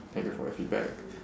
thank you for your feedback